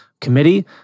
Committee